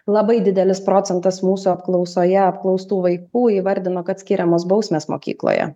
labai didelis procentas mūsų apklausoje apklaustų vaikų įvardino kad skiriamos bausmės mokykloje